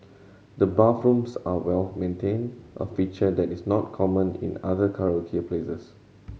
the bathrooms are well maintained a feature that is not common in other karaoke places